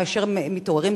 כאשר מתעוררים,